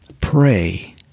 pray